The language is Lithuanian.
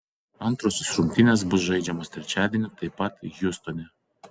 antrosios rungtynės bus žaidžiamos trečiadienį taip pat hjustone